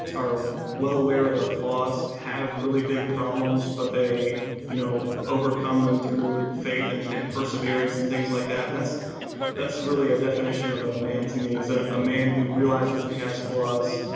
are well aware of their flaws, have really big problems, but they you know overcome them through faith and and perseverance and things like that, and that's really a definition of a man's and needs, ah a man who realizes that he has flaws,